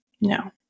No